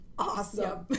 Awesome